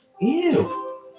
Ew